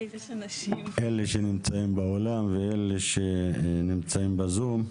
אלה שנמצאים באולם ואלה שנמצאים בזום,